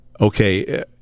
okay